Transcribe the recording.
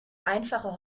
einfache